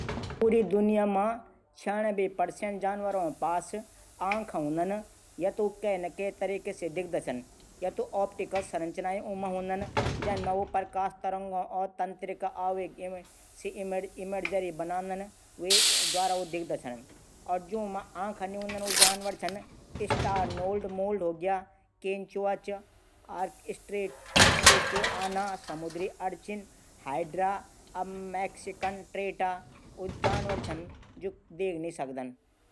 पूरी दुनिया मां छियानबे प्रतिशत जानवरों पास आंखा हूदन यत ऊ कै ना कै तरीका से दिखदा छन ऑप्टिकल संरचना ऊंमा हूदा छन जन मा प्रकाश तंत्रिका आवेश से इमरजरी बणादन जू मां आखां नी हूदन स्टारनोल्ड, केंचुआ, च स्टेजोआना हाइड्रा मैकिकन ट्रैटा ऊ जानवर छन जू देखी नी सकदन।